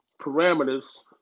parameters